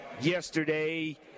yesterday